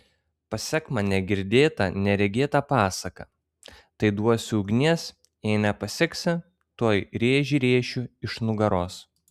pasek man negirdėtą neregėtą pasaką tai duosiu ugnies jei nepaseksi tuoj rėžį rėšiu iš nugaros